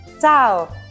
Ciao